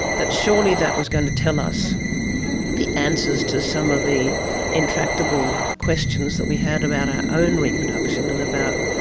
that surely that was going to tell us the answers to some of the intractable questions that we had about our own reproduction and about